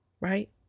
right